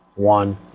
one,